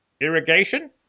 Irrigation